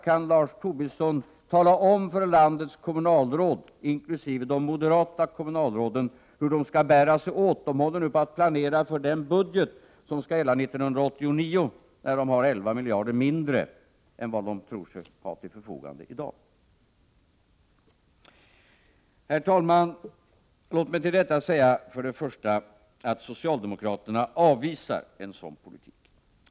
Kan Lars Tobisson tala om för landets kommunalråd, inkl. de moderata kommunalråden, hur de skall bära sig åt? De håller nu på att planera för den budget som skall gälla 1989, då de kommer att ha 11 miljarder mindre än vad de i dag tror att de kommer att ha. Herr talman! Låt mig till detta för det första säga att socialdemokraterna avvisar en sådan politik.